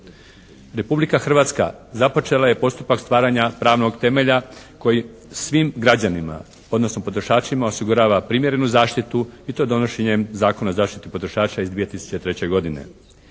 Republika Hrvatska započela je postupak stvaranja pravnog temelja koji svim građanima, odnosno potrošačima osigurava primjerenu zaštitu i to donošenjem Zakona o zaštiti potrošača iz 2003. godine.